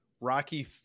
Rocky